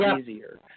easier